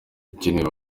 ukeneye